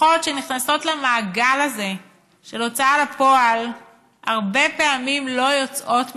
משפחות שנכנסות למעגל הזה של הוצאה לפועל הרבה פעמים לא יוצאות ממנו,